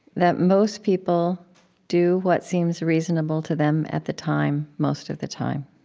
that most people do what seems reasonable to them at the time, most of the time.